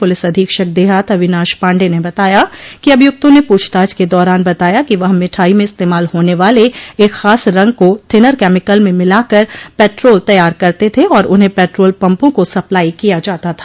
police अधीक्षक देहात अविनाश पाण्डेय ने बताया कि अभियुक्तों ने पूछताछ के दौरान बताया कि वह मिठाई में इस्तेमाल होने वाले एक ख़ास रंग को थिनर केमिकल में मिलाकर पेट्रोल तैयार करते थे और उन्हें पेट्रोल पम्पों को सप्लाई किया जाता था